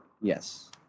Yes